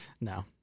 No